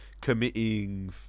committing